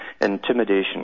intimidation